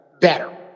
better